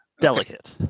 delicate